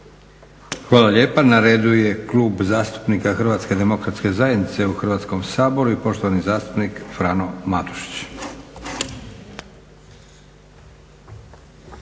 Hvala lijepa. Na redu je Klub zastupnika Hrvatske demokratske zajednice u Hrvatskom saboru i poštovani zastupnik Frano Matušić.